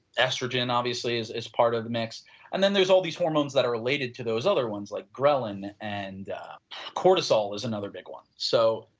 estrogen obviously is is part of the next and then there is all these hormones are related to those other ones like ghrelin and cortisol is another big one. so,